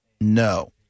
No